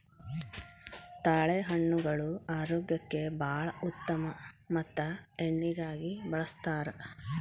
ತಾಳೆಹಣ್ಣುಗಳು ಆರೋಗ್ಯಕ್ಕೆ ಬಾಳ ಉತ್ತಮ ಮತ್ತ ಎಣ್ಣಿಗಾಗಿ ಬಳ್ಸತಾರ